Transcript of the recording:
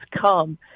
come